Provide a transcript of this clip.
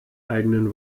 eigenen